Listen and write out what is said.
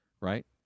right